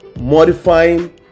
modifying